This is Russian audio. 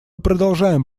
продолжаем